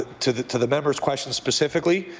to the to the member's question specifically,